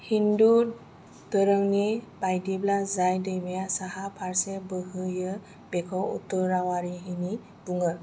हिन्दु दोरोंनि बायदिब्ला जाय दैमाया साहा फारसे बोहैयो बेखौ उत्तरावाहिनि बुङो